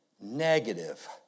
negative